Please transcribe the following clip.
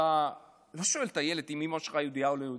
אתה לא שואל את הילד אם אימא שלו יהודייה או לא יהודייה.